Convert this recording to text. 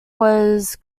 was